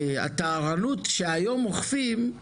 הטהרנות שהיום אוכפים,